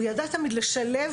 הוא ידע תמיד לשלב,